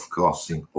Crossing